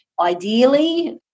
ideally